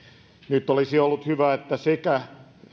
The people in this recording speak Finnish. nyt olisi ollut hyvä että sekä